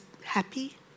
happy